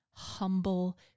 humble